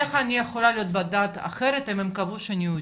איך אני יכולה להיות בדת אחרת אם הם קבעו שאני יהודייה?